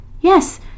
Yes